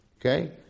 okay